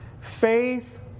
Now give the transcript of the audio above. faith